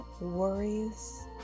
worries